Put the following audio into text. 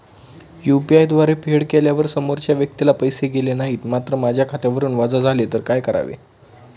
UPI द्वारे फेड केल्यावर समोरच्या व्यक्तीला पैसे गेले नाहीत मात्र माझ्या खात्यावरून वजा झाले तर काय करावे?